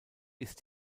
ist